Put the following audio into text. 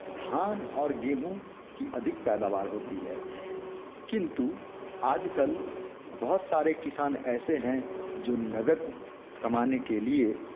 धान और गेहूँ की अधिक पैदावार होती है किंतु आजकल बहुत सारे किसान ऐसे हैं जो नगद कमाने के लिए